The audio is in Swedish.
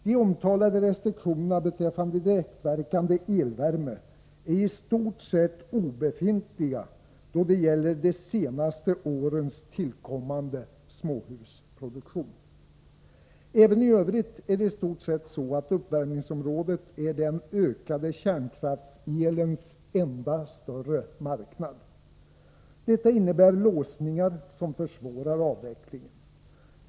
De omtalade restriktionerna beträffande direktverkande elvärme är i stort sett obefintliga då det gäller de senaste årens tillkommande småhusproduktion. Även i övrigt är det i stort sett så, att uppvärmningsområdet är den ökande kärnkraftselens enda större marknad. Detta innebär låsningar som försvårar avvecklingen.